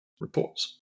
reports